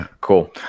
cool